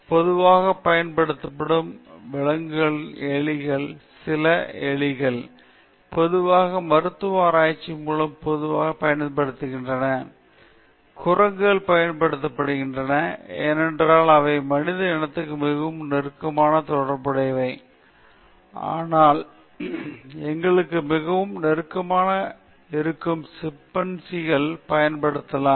உதாரணமாக பொதுவாக பயன்படுத்தப்படும் விலங்குகளில் சில எலிகள் பொதுவாக மருந்து ஆராய்ச்சி மூலம் பொதுவாக பயன்படுத்தப்படுகின்றன குரங்குகள் பயன்படுத்தப்படுகின்றன ஏனென்றால் அவை மனித இனத்துக்கு மிகவும் நெருக்கமாக உள்ளன ஆனால் எங்களுக்கு மிகவும் நெருக்கமாக இருக்கும் சிம்பன்சிகளைப் பயன்படுத்தலாம்